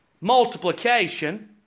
multiplication